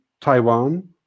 Taiwan